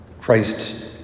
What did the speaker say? Christ